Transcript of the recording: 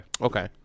Okay